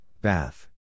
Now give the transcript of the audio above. bath